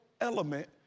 element